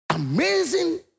amazing